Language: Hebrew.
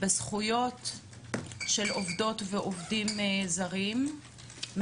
בזכויות העובדות והעובדים הזרים,